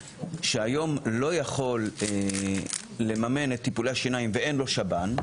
שהיום לא יכול לממן את טיפולי השיניים ואין לו שב"ן,